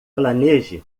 planeje